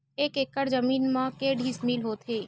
एक एकड़ जमीन मा के डिसमिल होथे?